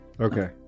Okay